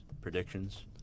predictions